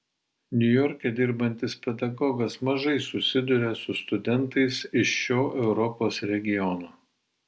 niujorke dirbantis pedagogas mažai susiduria su studentais iš šio europos regiono